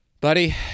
Buddy